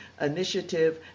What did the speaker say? Initiative